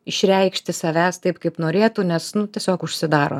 išreikšti savęs taip kaip norėtų nes nu tiesiog užsidaro